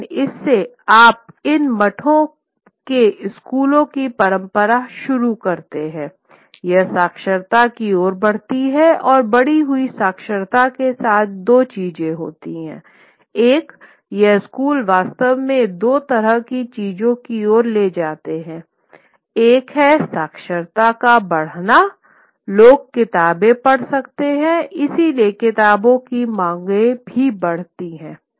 लेकिन इससे आप इन मठों के स्कूलों की परंपरा शुरू करते हैंयह साक्षरता की ओर बढ़ती है और बढ़ी हुई साक्षरता के साथ दो चीजें होती हैं एक ये स्कूल वास्तव में 2 तरह की चीजों की ओर ले जाते हैं एक है साक्षरता का बढ़ना लोग किताबें पढ़ सकते हैं इसलिए किताबों की माँगें भी बढ़ती हैं